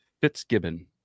Fitzgibbon